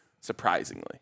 surprisingly